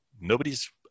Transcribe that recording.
Nobody's